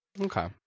Okay